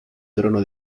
trono